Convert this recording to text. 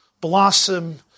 blossom